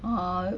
ah